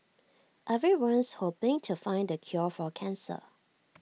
everyone's hoping to find the cure for cancer